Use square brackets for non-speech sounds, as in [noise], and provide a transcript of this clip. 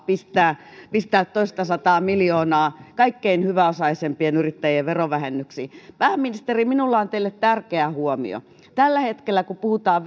pistää pistää toistasataa miljoonaa kaikkein hyväosaisimpien yrittäjien verovähennyksiin pääministeri minulla on teille tärkeä huomio tällä hetkellä kun puhutaan [unintelligible]